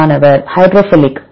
மாணவர் ஹைட்ரோஃபிலிக்